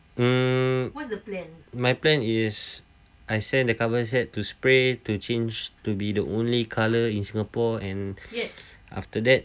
mm my plan is I send the cover set to spray to change to be the only colour in singapore and after that